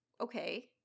okay